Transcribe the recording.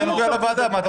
זה נוגע לוועדה הציבורית.